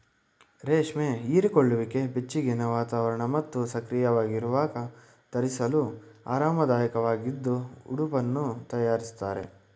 ರೇಷ್ಮೆ ಹೀರಿಕೊಳ್ಳುವಿಕೆ ಬೆಚ್ಚಗಿನ ವಾತಾವರಣ ಮತ್ತು ಸಕ್ರಿಯವಾಗಿರುವಾಗ ಧರಿಸಲು ಆರಾಮದಾಯಕವಾಗಿದ್ದು ಉಡುಪನ್ನು ತಯಾರಿಸ್ತಾರೆ